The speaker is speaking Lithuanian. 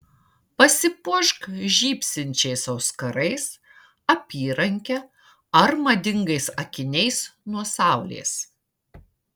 pasipuošk žybsinčiais auskarais apyranke ar madingais akiniais nuo saulės